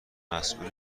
مسئول